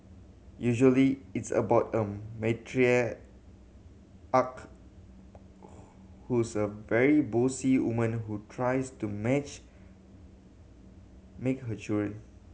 usually it's about a matriarch who's a very bossy woman who tries to match make her children